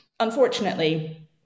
Unfortunately